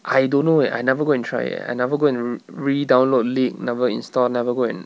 I don't know eh I never go and try eh I never go and re~ redownload league never install never go and